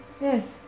yes